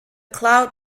cloud